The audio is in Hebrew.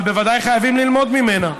אבל בוודאי חייבים ללמוד ממנה.